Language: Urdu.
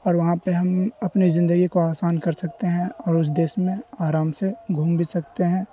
اور وہاں پہ ہم اپنی زندگی کو آسان کر سکتے ہیں اور اس دیش میں آرام سے گھوم بھی سکتے ہیں